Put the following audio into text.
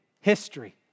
history